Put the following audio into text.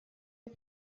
des